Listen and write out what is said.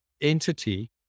entity